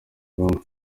bamwe